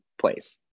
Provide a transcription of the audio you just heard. place